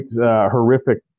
horrific